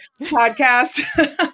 podcast